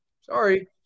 sorry